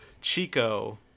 Chico